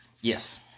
Yes